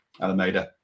Alameda